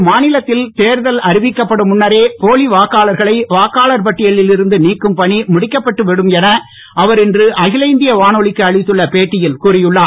ஒரு மாநிலத்தில் தேர்தல் அறிவிக்கப்படும் முன்னரே போலி வாக்காளர்களை வாக்காளர் பட்டியவில் இருந்து நீக்கும் பணி முடிக்கப்பட்டு விடும் என அவர் இன்று அகில இந்திய வானொலிக்கு அளித்துள்ள பேட்டியில் கூறியுள்ளார்